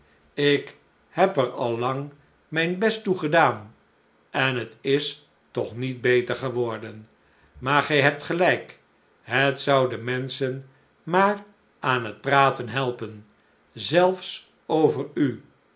lk heb er al lang mijn best toe gedaan en het is toch niet beter geworden maar gij hebt gelijk het zou de menschen maar aan het praten helpen zelfs over u